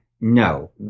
No